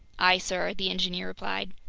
aye, sir, the engineer replied.